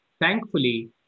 thankfully